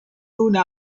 una